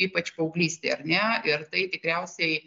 ypač paauglystėj ar ne ir tai tikriausiai